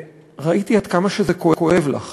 וראיתי עד כמה זה כואב לך